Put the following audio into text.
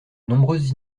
nombreuses